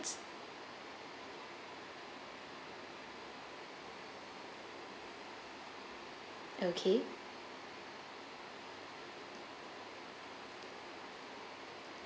okay